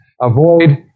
avoid